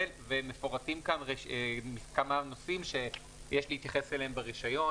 ומפורטים כאן כמה נושאים שיש להתייחס אליהם ברישיון.